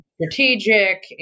strategic